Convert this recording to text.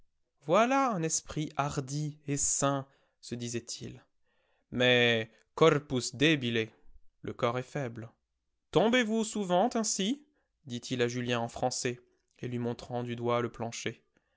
voilà un esprit hardi et sain se disait-il mais corpus débile le corps est faible tombez vous souvent ainsi dit-il à julien en français et lui montrant du doigt le plancher